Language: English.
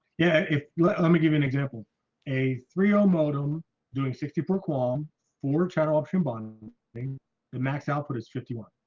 yeah, let me give you an example a three ohm modem doing sixty four qualm for channel option bonding thing the max output is fifty one.